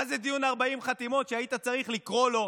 מה זה דיון 40 חתימות, שהיית צריך לקרוא לו,